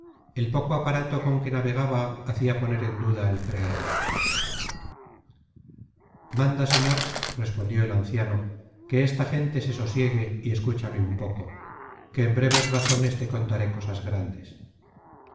el poco aparato con que navegaba hacia poner en duda el creerle manda señor respondió el anciano que esta gente se sosiegue y escúchame un poco que en breves razones te contaré cosas grandes